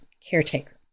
caretaker